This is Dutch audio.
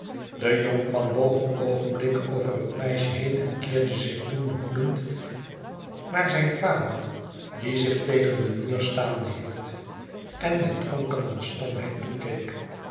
de jonkman boog een oogenblik over het meisje heen en keerde zicb toen woedend naar zijn vader die zich tegen den muur staande hield en met drbnjcenmans stomheid toekeek